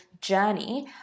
journey